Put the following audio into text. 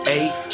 eight